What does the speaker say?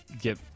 get